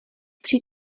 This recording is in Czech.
při